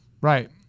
Right